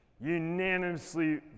unanimously